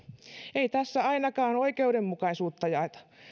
ei tässä ainakaan oikeudenmukaisuutta jaeta